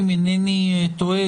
אם אינני טועה,